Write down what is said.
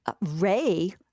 Ray